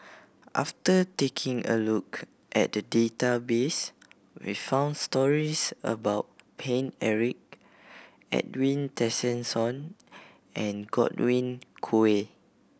after taking a look at the database we found stories about Paine Eric Edwin Tessensohn and Godwin Koay